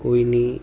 કોઈની